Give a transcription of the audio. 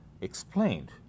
explained